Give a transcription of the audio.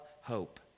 hope